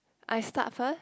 I start first